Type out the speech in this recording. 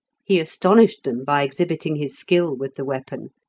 he astonished them by exhibiting his skill with the weapon,